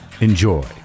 enjoy